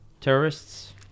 terrorists